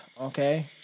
Okay